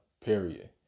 Period